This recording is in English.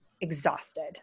exhausted